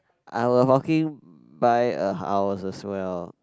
I was walking by a house as well